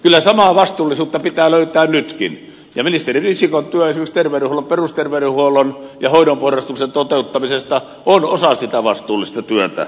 kyllä samaa vastuullisuutta pitää löytää nytkin ja ministeri risikon työ esimerkiksi terveydenhuollon perusterveydenhuollon ja hoidon porrastuksen toteuttamisessa on osa sitä vastuullista työtä